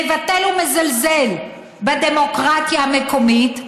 מבטל ומזלזל בדמוקרטיה המקומית,